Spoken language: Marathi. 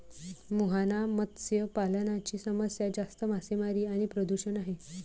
मुहाना मत्स्य पालनाची समस्या जास्त मासेमारी आणि प्रदूषण आहे